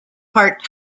part